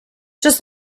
just